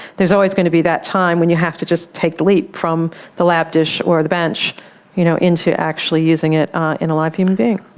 there's always going to be that time when you have to just take the leap from the lab dish or the bench you know into actually using it in a live human being.